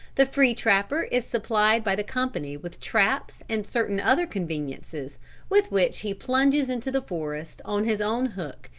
the free trapper is supplied by the company with traps and certain other conveniences with which he plunges into the forest on his own hook,